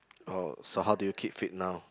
oh so how do you keep fit now